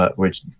ah which